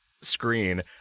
screen